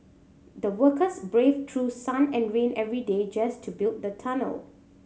the workers braved through sun and rain every day just to build the tunnel